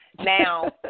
Now